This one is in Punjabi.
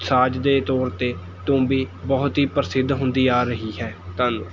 ਸਾਜ਼ ਦੇ ਤੌਰ 'ਤੇ ਤੂੰਬੀ ਬਹੁਤ ਹੀ ਪ੍ਰਸਿੱਧ ਹੁੰਦੀ ਆ ਰਹੀ ਹੈ ਧੰਨਵਾ